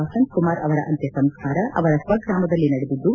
ವಸಂತ್ ಕುಮಾರ್ ಅವರ ಅಂತ್ಯ ಸಂಸ್ಕಾರ ಅವರ ಸ್ವಗ್ರಾಮದಲ್ಲಿ ನಡೆದಿದ್ದು